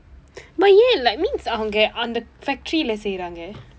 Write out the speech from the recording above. but ஏன்:een like means அவங்க அந்த:avangka andtha factory இல்ல செய்றாங்க:illa seyraangka